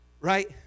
Right